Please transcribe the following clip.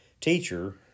Teacher